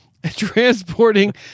Transporting